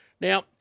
Now